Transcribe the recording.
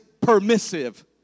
permissive